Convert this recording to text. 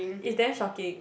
is damn shocking